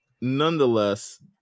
nonetheless